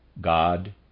God